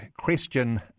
Christian